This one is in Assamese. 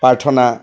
প্ৰাৰ্থনা